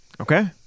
Okay